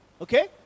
Okay